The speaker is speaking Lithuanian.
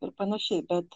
ir panašiai bet